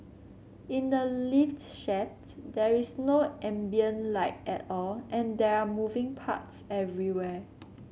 in the lift shafts there is no ambient light at all and there are moving parts everywhere